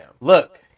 Look